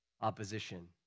opposition